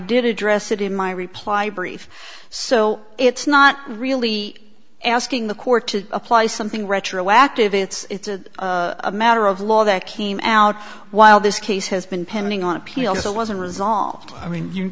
did address it in my reply brief so it's not really asking the court to apply something retroactive it's a matter of law that came out while this case has been pending on appeal so wasn't resolved i mean